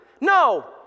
No